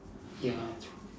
ya